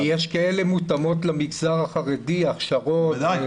ויש כאלה מותאמות למגזר החרדי, הכשרות.